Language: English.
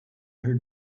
her